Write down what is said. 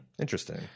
Interesting